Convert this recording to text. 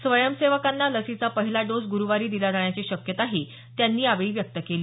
स्वयंसेवकांना लसीचा पहिला डोस गुरूवारी दिला जाण्याची शक्यताही त्यांनी यावेळी व्यक्त केली